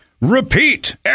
repeat